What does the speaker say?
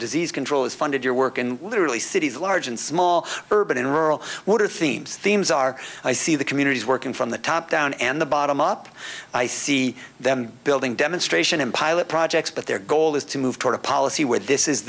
disease control is funded your work in literally cities large and small urban and rural what are themes themes are i see the communities working from the top down and the bottom up i see them building demonstration and pilot projects but their goal is to move toward a policy where this is